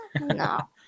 No